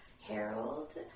Harold